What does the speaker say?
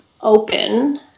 open